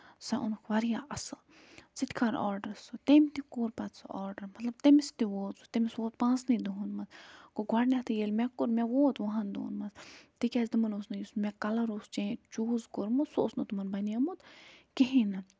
سُہ اوٚنُک واریاہ اَصٕل ژٕ تہِ کَر آرڈر سُہ تٔمۍ تہِ کوٚر پَتہٕ سُہ آرڈر مطلب تٔمِس تہِ ووٚت سُہ تٔمِس ووٚت پانٛژھنٕے دۄہَن منٛز گوٚو گۄڈٕنٮ۪تھٕے ییٚلہِ مےٚ کوٚر مےٚ ووٚت وُہن دۄہَن منٛز تِکیٛازِ تِمَن اوس نہٕ یُس کَلر اوس چینچ چوٗز کوٚرمُت سُہ اوس نہٕ تِمَن بنیٛومُت کِہیٖنٛۍ نہٕ